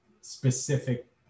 specific